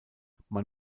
man